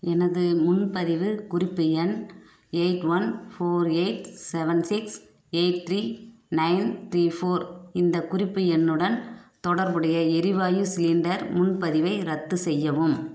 எனது முன்பதிவு குறிப்பு எண் eight one four eight seven six eight three nine three four இந்த குறிப்பு எண்ணுடன் தொடர்புடைய எரிவாயு சிலிண்டர் முன்பதிவை ரத்து செய்யவும்